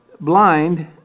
blind